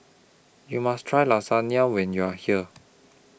YOU must Try Lasagne when YOU Are here